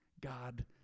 God